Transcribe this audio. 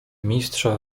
mistrza